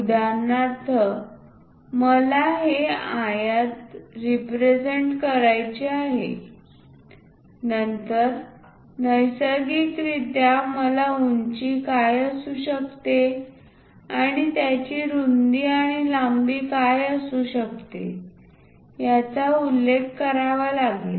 उदाहरणार्थ मला हे आयत रिप्रेझेंट करायचे आहे नंतर नैसर्गिकरित्या मला उंची काय असू शकते आणि त्याची रुंदी आणि लांबी काय असू शकते याचा उल्लेख करावा लागेल